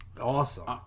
awesome